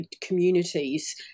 communities